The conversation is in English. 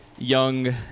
young